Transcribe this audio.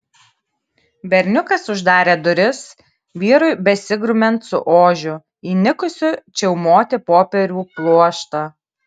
berniukas uždarė duris vyrui besigrumiant su ožiu įnikusiu čiaumoti popierių pluoštą